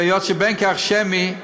היות שבין כך ובין כך ההצבעה שמית,